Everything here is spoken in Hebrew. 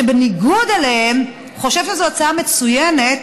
שבניגוד אליהם חושב שזו הצעה מצוינת,